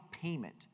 payment